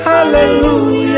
Hallelujah